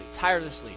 tirelessly